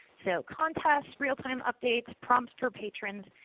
so contest, real time updates, prompts for patrons,